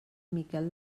miquel